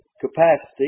capacity